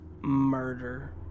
Murder